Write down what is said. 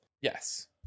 Yes